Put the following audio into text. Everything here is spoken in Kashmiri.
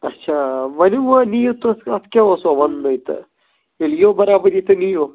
اَچھا ؤلِو وۅنۍ نِیِو تہٕ اَتھ کیٛاہ اوس وۅنۍ وَننُے تہٕ ییٚلہِ یِیو بَرابری تہٕ نِیِو